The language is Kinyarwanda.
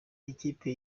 ikipe